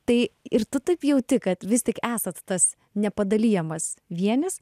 tai ir tu taip jauti kad vis tik esat tas nepadalijamas vienis